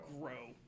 grow